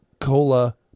cola